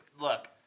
Look